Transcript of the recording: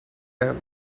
them